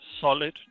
solid